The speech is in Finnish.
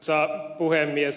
arvoisa puhemies